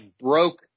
broke